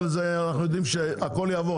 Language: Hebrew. אנחנו יודעים שהכול יעבור,